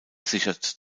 sichert